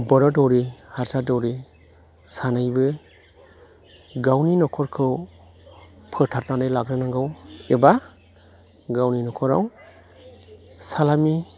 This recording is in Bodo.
बर' दौरि हारसा दौरि सानैबो गावनि न'खरखौ फोथारनानै लाग्रोनांगौ एबा गावनि न'खराव सालामि